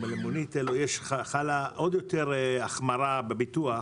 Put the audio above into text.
על מונית חלה החמרה יותר גדולה בביטוח